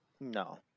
No